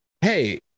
hey